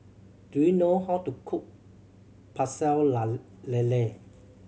do you know how to cook pecel la lele